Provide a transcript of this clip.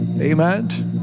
Amen